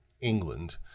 england